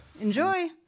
Enjoy